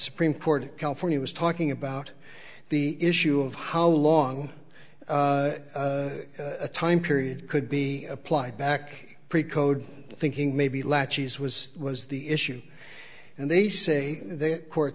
supreme court california was talking about the issue of how long a time period could be applied back pre code thinking maybe latches was was the issue and they say their court